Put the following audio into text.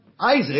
Isaac